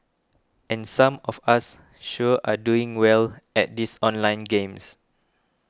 and some of us sure are doing well at these online games